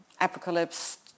apocalypse